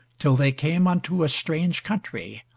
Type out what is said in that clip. till they came unto a strange country,